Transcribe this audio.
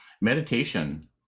Meditation